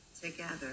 together